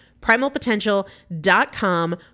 Primalpotential.com